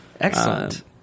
Excellent